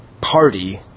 party